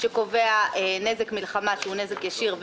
שקובע נזק מלחמה שהוא נזק ישיר,